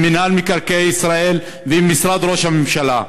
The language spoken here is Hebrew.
עם מינהל מקרקעי ישראל ועם משרד ראש הממשלה: